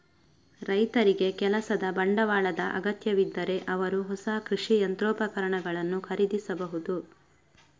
ರೈತರಿಗೆ ಕೆಲಸದ ಬಂಡವಾಳದ ಅಗತ್ಯವಿದ್ದರೆ ಅವರು ಹೊಸ ಕೃಷಿ ಯಂತ್ರೋಪಕರಣಗಳನ್ನು ಖರೀದಿಸಬಹುದು